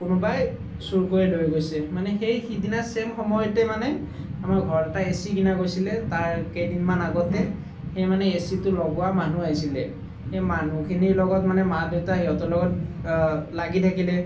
কোনোবাই চুৰ কৰি লৈ গৈছে মানে সেই সিদিনা ছেইম সময়তে মানে আমাৰ ঘৰত এটা এচি কিনা গৈছিলে তাৰ কেইদিনমান আগতে সেই মানে এচিটো লগোৱা মানুহ আহিছিলে সেই মানুহখিনিৰ লগত মানে মা দেউতা সিহঁতৰ লগত লাগি থাকিলে